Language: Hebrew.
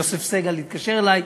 יוסף סגל התקשר אלי,